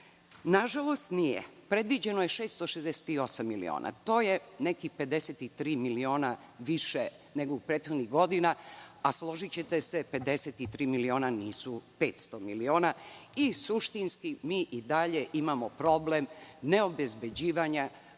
Na žalost, nije. Predviđeno je 668 miliona. To je neki 53 miliona više nego u prethodnim godinama. Složićete se da 53 miliona nisu 500 miliona. Suštinski, mi i dalje imamo problem neobezbeđivanja